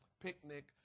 picnic